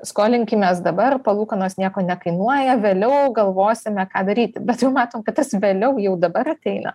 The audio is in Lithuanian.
skolinkimės dabar palūkanos nieko nekainuoja vėliau galvosime ką daryti bet jau matom kad tas vėliau jau dabar ateina